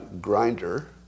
grinder